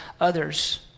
others